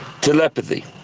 Telepathy